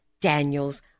Daniel's